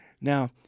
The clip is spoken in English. Now